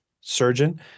surgeon